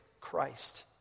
Christ